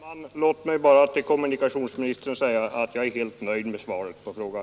Herr talman! Låt mig bara säga till kommunikationsministern att jag är helt nöjd med svaret på frågan.